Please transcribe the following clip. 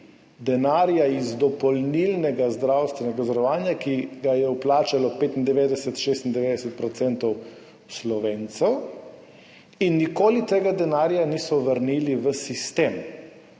denarja iz dopolnilnega zdravstvenega zavarovanja, ki ga je vplačalo 95, 96 % Slovencev, in nikoli tega denarja niso vrnili v sistem.